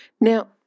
Now